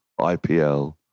IPL